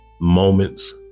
moments